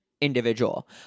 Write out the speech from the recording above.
individual